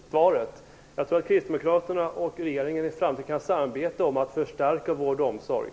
Fru talman! Jag tackar statsministern för svaret. Jag tror att Kristdemokraterna och regeringen i framtiden kan samarbeta i fråga om att förstärka vården och omsorgen.